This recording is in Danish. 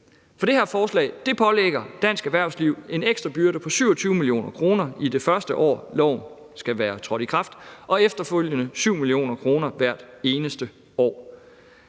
for det her lovforslag pålægger dansk erhvervsliv en ekstra byrde på 27 mio. kr. i det første år, loven skal været trådt i kraft, og efterfølgende 7 mio. kr. hvert eneste år.